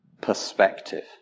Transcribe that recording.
perspective